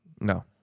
No